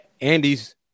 Andy's